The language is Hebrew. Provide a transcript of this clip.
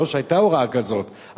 לא שהיתה הוראה כזאת,